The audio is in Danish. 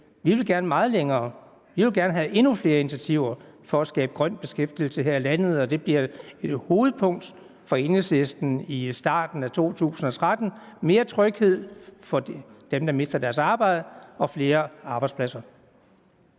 Vi vil gerne have endnu flere initiativer til at skabe grøn beskæftigelse her i landet. Det bliver et hovedpunkt for Enhedslisten i starten af 2013: mere tryghed for dem, der mister deres arbejde, og flere arbejdspladser.